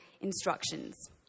instructions